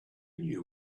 knew